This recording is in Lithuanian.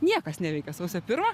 niekas neveikia sausio pirmą